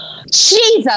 Jesus